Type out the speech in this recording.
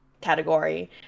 category